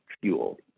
fuel